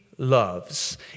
loves